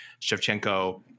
Shevchenko